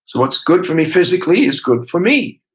what's good for me physically is good for me.